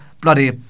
bloody